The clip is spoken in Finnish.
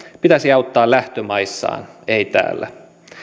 pitäisi auttaa lähtömaissaan ei täällä